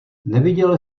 neviděl